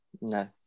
No